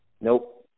nope